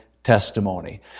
testimony